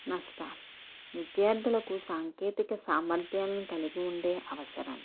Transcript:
నష్టాలు విద్యార్థులకు సాంకేతిక సామర్థ్యాలను కలిగి ఉండే అవసరం